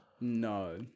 no